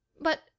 But